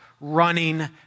running